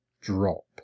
drop